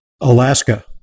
Alaska